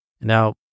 Now